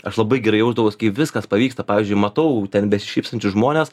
aš labai gerai jausdavaus kai viskas pavyksta pavyzdžiui matau ten besišypsančius žmones